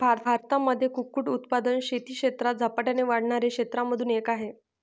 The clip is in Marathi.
भारतामध्ये कुक्कुट उत्पादन शेती क्षेत्रात झपाट्याने वाढणाऱ्या क्षेत्रांमधून एक आहे